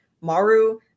maru